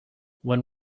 when